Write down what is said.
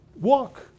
Walk